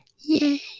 Yay